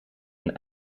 een